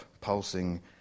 pulsing